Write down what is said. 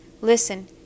Listen